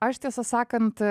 aš tiesą sakant